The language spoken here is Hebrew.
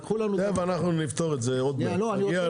תיכף אנחנו נפתור את זה עוד מעט, נגיע